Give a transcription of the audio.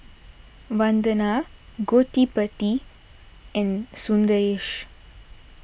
Vandana Gottipati and Sundaresh